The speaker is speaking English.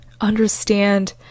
understand